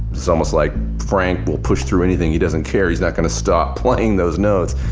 so almost like frank will push through anything. he doesn't care. he's not going to stop playing those notes